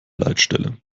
leitstelle